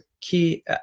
key